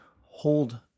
hold